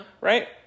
right